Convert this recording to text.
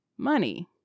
Money